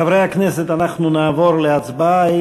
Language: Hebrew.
חברי הכנסת, אנחנו נעבור להצבעה.